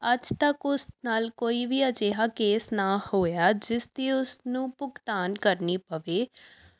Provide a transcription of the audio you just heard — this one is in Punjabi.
ਅੱਜ ਤੱਕ ਉਸ ਨਾਲ ਕੋਈ ਵੀ ਅਜਿਹਾ ਕੇਸ ਨਾ ਹੋਇਆ ਜਿਸ ਦੀ ਉਸਨੂੰ ਭੁਗਤਾਨ ਕਰਨੀ ਪਵੇ